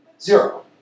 zero